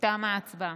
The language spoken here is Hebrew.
תמה ההצבעה.